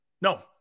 No